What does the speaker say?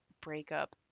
breakup